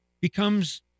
becomes